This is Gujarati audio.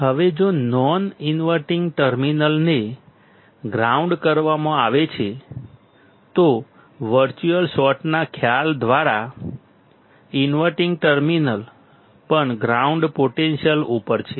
હવે જો નોન ઇન્વર્ટીંગ ટર્મિનલને ગ્રાઉન્ડ કરવામાં આવે છે તો વર્ચ્યુઅલ શોર્ટના ખ્યાલ દ્વારા ઇન્વર્ટીંગ ટર્મિનલ પણ ગ્રાઉન્ડ પોટેન્શિયલ ઉપર છે